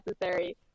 necessary